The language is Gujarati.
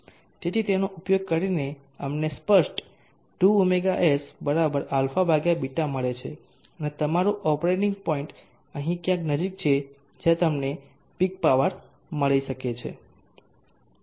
તેથી તેનો ઉપયોગ કરીને અમને આ સ્પષ્ટ 2ɷs αβ મળે છે અને તમારું ઓપરેટિંગ પોઇન્ટ અહીં ક્યાંક નજીક છે જ્યાં તમને પીક પાવર મળી શકે છે